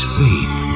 faith